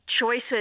choices